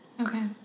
Okay